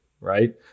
right